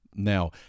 Now